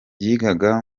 yigaga